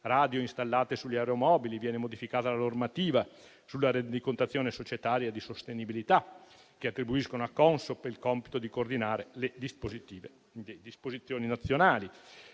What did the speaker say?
radio installate sugli aeromobili. Viene modificata la normativa sulla rendicontazione societaria di sostenibilità che attribuisce a Consob il compito di coordinare le disposizioni nazionali.